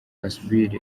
asbl